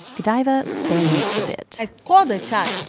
godaiva bends a bit i called the child.